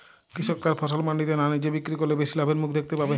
কৃষক তার ফসল মান্ডিতে না নিজে বিক্রি করলে বেশি লাভের মুখ দেখতে পাবে?